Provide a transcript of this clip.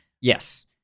Yes